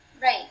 Right